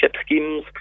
schemes